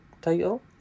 title